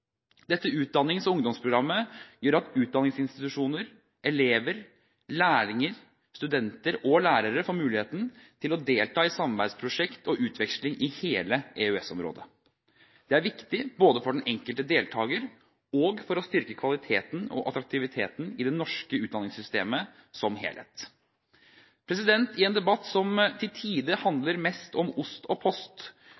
Dette utdannings- og ungdomsprogrammet gjør at utdanningsinstitusjoner, elever, lærlinger, studenter og lærere får muligheten til å delta i samarbeidsprosjekter og utveksling i hele EØS-området. Det er viktig for den enkelte deltaker og for å styrke kvaliteten og attraktiviteten i det norske utdanningssystemet som helhet. I en debatt som til